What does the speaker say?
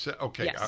Okay